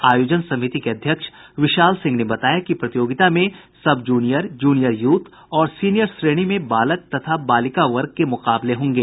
आयोजन समिति के अध्यक्ष विशाल सिंह ने बताया कि प्रतियोगिता में सब जूनियर जूनियर यूथ और सीनियर श्रेणी में बालक तथा बालिका वर्ग के मुकाबले होंगे